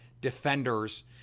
defenders